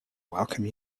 welcome